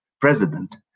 president